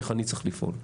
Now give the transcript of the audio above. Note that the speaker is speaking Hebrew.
איך אני צריך לפעול,